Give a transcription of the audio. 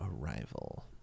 arrival